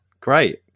Great